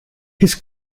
his